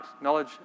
knowledge